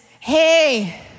hey